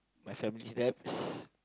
my family debts